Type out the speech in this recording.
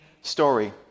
story